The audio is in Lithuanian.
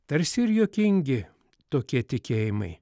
tarsi ir juokingi tokie tikėjimai